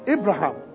Abraham